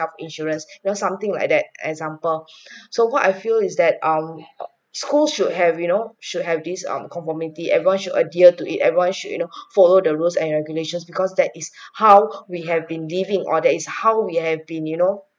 ~ealth insurance or something like that example so what I feel is that um schools should have you know should have these um conformity everyone should adhere to it everyone should you know follow the rules and regulations because that is how we have been living or that is how we have been you know